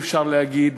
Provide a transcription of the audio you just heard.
אם אפשר להגיד,